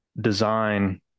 design